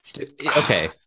Okay